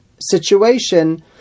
situation